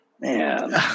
man